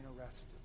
arrested